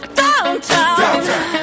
downtown